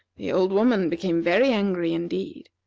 the old woman became very angry indeed.